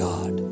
God